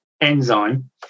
enzyme